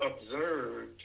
observed